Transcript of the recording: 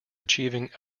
achieving